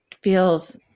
feels